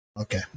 okay